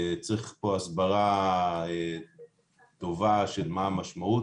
צריך פה הסברה טובה של מה המשמעות,